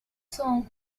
song